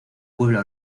puebla